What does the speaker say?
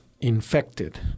infected